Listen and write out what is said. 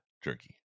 Jerky